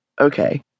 Okay